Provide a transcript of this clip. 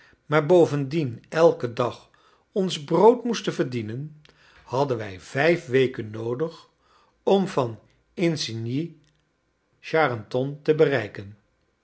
maar bovendien elken dag ons brood moesten verdienen hadden wij vijf weken noodig om van isigny charenton te bereiken